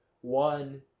one